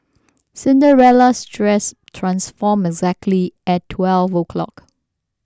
Cinderella's dress transformed exactly at twelve o'clock